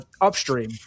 Upstream